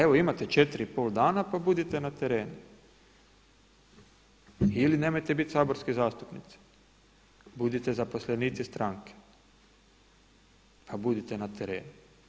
Evo imate 4,5 dana pa budite na terenu ili nemojte biti saborski zastupnici, budite zaposlenici stranke pa budite na terenu.